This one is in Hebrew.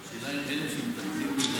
לא שלא קשור, השאלה אם אלה שמטפלים בזה,